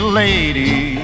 lady